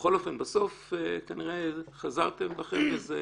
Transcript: בכל אופן, בסוף, כנראה חזרתם בכם וזה